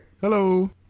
hello